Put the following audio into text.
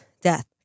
death